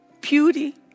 beauty